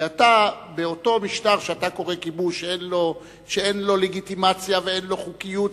ואתה באותו משטר שאתה קורא כיבוש שאין לו לגיטימציה ואין לו חוקיות,